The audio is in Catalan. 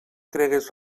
cregues